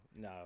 no